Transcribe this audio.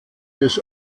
des